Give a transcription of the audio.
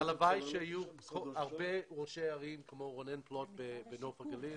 הלוואי שיהיו הרבה ראשי ערים כמו רונן פלוט בנוף הגליל.